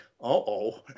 uh-oh